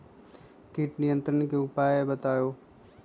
किट नियंत्रण के उपाय बतइयो?